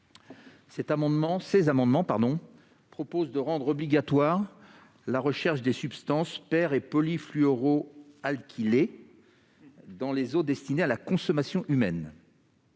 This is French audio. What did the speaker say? Ces amendements tendent à rendre obligatoire la recherche des substances perfluoroalkylées et polyfluoroalkylées dans les eaux destinées à la consommation humaine.